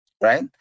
right